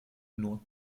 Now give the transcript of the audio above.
nord